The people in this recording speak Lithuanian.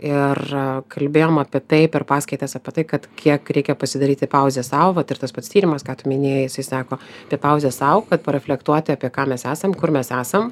ir kalbėjom apie tai per paskaitas apie tai kad kiek reikia pasidaryti pauzę sau vat ir tas pats tyrimas ką tu minėjai jisai sako tai pauzė sau kad pareflektuoti apie ką mes esam kur mes esam